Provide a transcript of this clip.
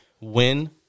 win